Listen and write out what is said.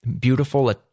beautiful